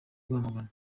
rwamagana